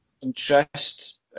interest